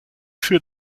für